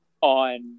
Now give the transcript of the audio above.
on